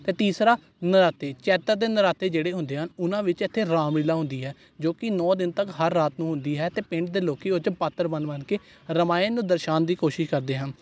ਅਤੇ ਤੀਸਰਾ ਨਰਾਤੇ ਚੈਤਰ ਦੇ ਨਰਾਤੇ ਜਿਹੜੇ ਹੁੰਦੇ ਹਨ ਉਹਨਾਂ ਵਿੱਚ ਇੱਥੇ ਰਾਮਲੀਲਾ ਹੁੰਦੀ ਹੈ ਜੋ ਕਿ ਨੌ ਦਿਨ ਤੱਕ ਹਰ ਰਾਤ ਨੂੰ ਹੁੰਦੀ ਹੈ ਅਤੇ ਪਿੰਡ ਦੇ ਲੋਕ ਉਹ 'ਚ ਪਾਤਰ ਬਣ ਬਣ ਕੇ ਰਮਾਇਣ ਨੂੰ ਦਰਸ਼ਾਉਣ ਦੀ ਕੋਸ਼ਿਸ਼ ਕਰਦੇ ਹਨ